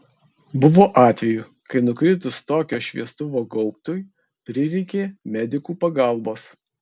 buvo atvejų kai nukritus tokio šviestuvo gaubtui prireikė medikų pagalbos